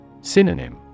Synonym